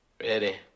Ready